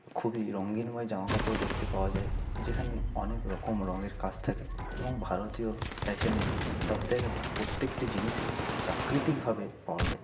খুবই রঙ্গিনময় জামাকাপড় দেকতে পাওয়া যায় যেখানে অনেক রকম রঙের কাজ থাকে এবং ভারতীয় ফ্যাশানে ধরতে গেলে প্রত্যেকটি জিনিসই প্রাকৃতিকভাবে পাওয়া যায়